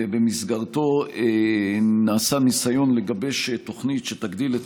ובמסגרתו נעשה ניסיון לגבש תוכנית שתגדיל את